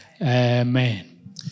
Amen